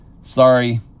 sorry